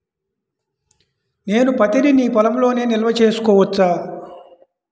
నేను పత్తి నీ పొలంలోనే నిల్వ చేసుకోవచ్చా?